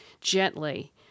gently